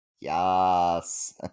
Yes